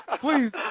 Please